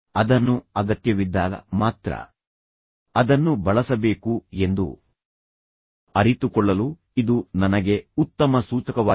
ಅದನ್ನು ಅಗತ್ಯವಿದ್ದಾಗ ಮಾತ್ರ ಅದನ್ನು ಬಳಸಬೇಕು ಎಂದು ಅರಿತುಕೊಳ್ಳಲು ಇದು ನನಗೆ ಉತ್ತಮ ಸೂಚಕವಾಗಿದೆ